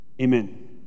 Amen